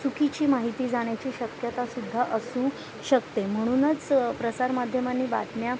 चुकीची माहिती जाण्याची शक्यतासुद्धा असू शकते म्हणूनच प्रसारमाध्यमांनी बातम्या